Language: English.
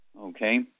Okay